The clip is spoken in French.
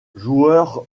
joueur